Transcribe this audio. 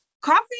coffee